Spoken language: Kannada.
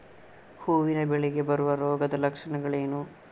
ಹೂವಿನ ಬೆಳೆಗೆ ಬರುವ ರೋಗದ ಲಕ್ಷಣಗಳೇನು?